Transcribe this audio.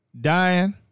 dying